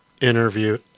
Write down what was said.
interview